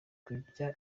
kurya